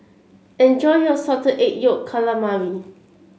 enjoy your Salted Egg Yolk Calamari